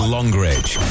Longridge